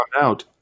out